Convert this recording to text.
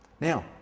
Now